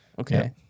Okay